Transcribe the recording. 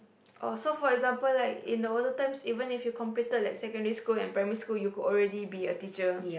oh so for example like in the olden times even if you completed like secondary school and primary school you could already be a teacher